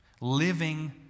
living